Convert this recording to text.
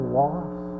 loss